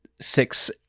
six